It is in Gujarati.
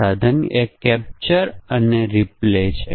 તેથી સમસ્યા એ છે કે ઇ કોમર્સ સાઇટ નીચેની છૂટ આપે છે